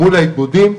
מול האיגודים,